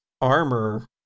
armor